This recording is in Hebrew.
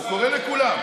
הוא קורא לכולם.